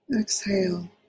Exhale